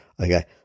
okay